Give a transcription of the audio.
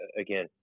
again